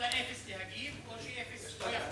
מותר לאפס להגיב או שאפס לא יכול להגיב?